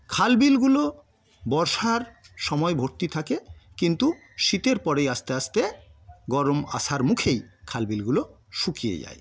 খালবিলগুলো বর্ষার সময় ভর্তি থাকে কিন্তু শীতের পরেই আস্তে আস্তে গরম আসার মুখেই খালবিলগুলো শুকিয়ে যায়